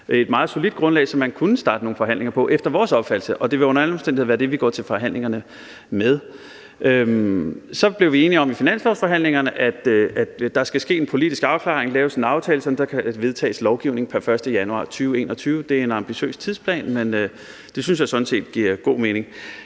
et meget solidt grundlag, som man efter vores opfattelse kunne starte nogle forhandlinger på, og det vil under alle omstændigheder være det, som vi går til forhandlingerne med. Så blev vi i finanslovsforhandlingerne enige om, at der skal ske en politisk afklaring og laves en aftale, sådan at der kan vedtages lovgivning pr. 1. januar 2021, og det er en ambitiøs tidsplan, men det synes jeg sådan set giver god mening.